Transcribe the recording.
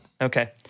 okay